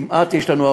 וכמעט יש לנו,